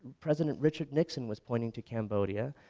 president richard nixon was pointing to cambodia,